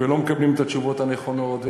ולא מקבלים את התשובות הנכונות,